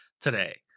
today